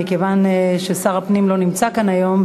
מכיוון ששר הפנים לא נמצא כאן היום,